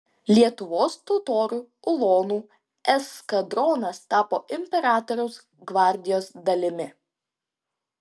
lietuvos totorių ulonų eskadronas tapo imperatoriaus gvardijos dalimi